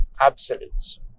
absolutes